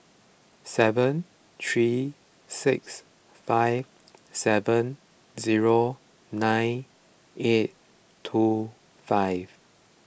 seven three six five seven zero nine eight two five